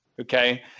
Okay